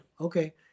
Okay